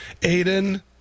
Aiden